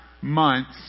months